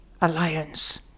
alliance